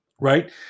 right